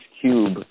Cube